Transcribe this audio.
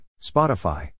Spotify